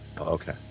Okay